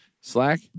Slack